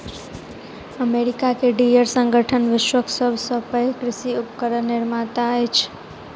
America के Deere संगठन विश्वक सभ सॅ पैघ कृषि उपकरण निर्माता अछि